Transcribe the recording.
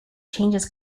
changes